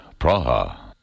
praha